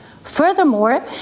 Furthermore